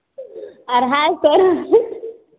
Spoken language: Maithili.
अढ़ाइ सेर